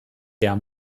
der